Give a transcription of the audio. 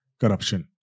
corruption